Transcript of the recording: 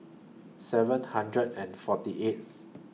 seven hundred and forty eighth